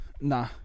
Nah